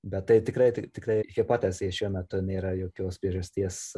bet tai tikrai ti tikrai hipotezė šiuo metu nėra jokios priežasties